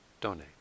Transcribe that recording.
donate